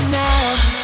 now